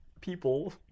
people